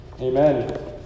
Amen